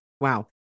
Wow